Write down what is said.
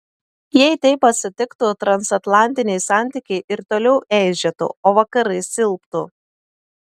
jei taip atsitiktų transatlantiniai santykiai ir toliau eižėtų o vakarai silptų